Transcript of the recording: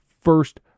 first